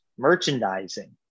merchandising